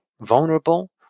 vulnerable